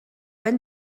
ben